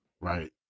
Right